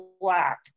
black